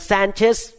Sanchez